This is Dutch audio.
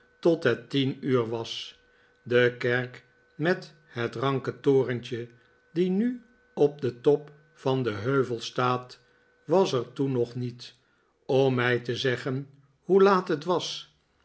tot het tien uur was de kerk met het ranke torentje die nu op den top van den heuvel staat was er toen nog niet om mij te zeggen hoe laat het was